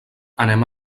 anem